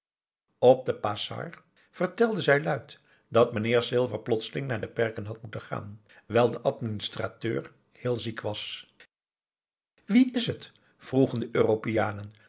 op de pasar vertelde zij luid dat mijnheer silver plotseling naar de perken had moeten gaan wijl de administrateur heel ziek was wie is het vroegen de europeanen